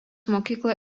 mokyklą